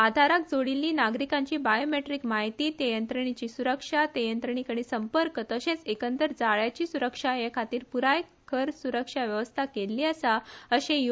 आधाराक जोडिल्ली नागरिकांची बायोमेट्रीक म्हायती त्या यंत्रणेची सुरक्षा ते यंत्रणेकडेन संपर्क तशेच एकंदर जाळ्याची सुरक्षा हे खातीर पुराय खंर सुरक्षाव्यवस्था केल्ठी आसा अशे यू